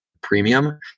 premium